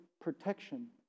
protection